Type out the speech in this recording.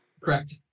Correct